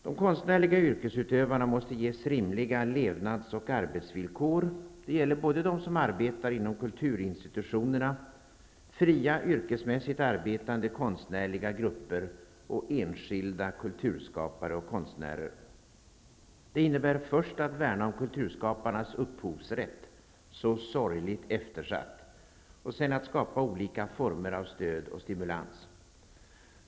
De konstnärliga yrkesutövarna måste ges rimliga levnads och arbetsvillkor. Det gäller både dem som arbetar inom kulturinstitutionerna, fria yrkesmässigt arbetande konstnärliga grupper och enskilda kulturskapare och konstnärer. Det innebär först att värna om kulturskaparnas upphovsrätt -- så sorgligt eftersatt -- och sedan att skapa olika former av stöd och stimulans.